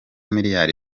miliyari